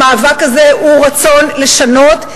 המאבק הזה הוא רצון לשנות,